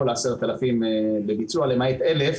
למעט 1,000